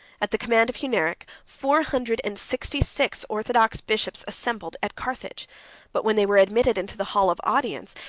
at the command of hunneric, four hundred and sixty-six orthodox bishops assembled at carthage but when they were admitted into the hall of audience,